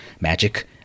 Magic